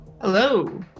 Hello